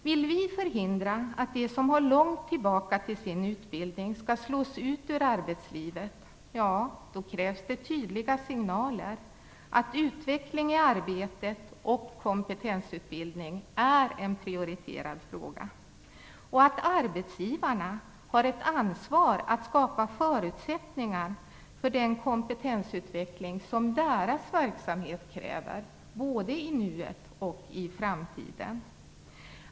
Om vi vill förhindra att de som har sin utbildning långt tillbaka i tiden skall slås ut från arbetslivet krävs det tydliga signaler om att utveckling i arbetet och kompetensutbildning är en prioriterad fråga och att arbetsgivarna har ett ansvar för att skapa förutsättningar för den kompetensutveckling som deras verksamhet kräver, både i nuet och i framtiden.